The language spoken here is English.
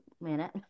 minute